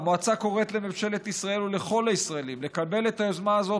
המועצה קוראת לממשלת ישראל ולכל הישראלים לקבל את היוזמה הזאת,